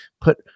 put